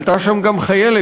עלתה שם גם חיילת,